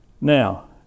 Now